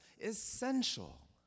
essential